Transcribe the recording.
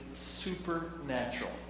supernatural